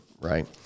right